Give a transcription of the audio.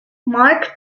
mark